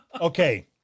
Okay